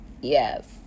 Yes